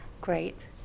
great